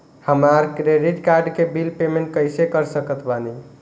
हमार credit card के bill payment कइसे कर सकत बानी?